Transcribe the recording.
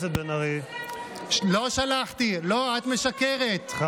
לא שלחת את אנשי המילואים לעזאזל?